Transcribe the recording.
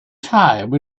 time